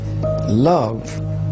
love